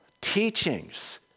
teachings